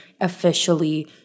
officially